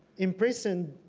in prison,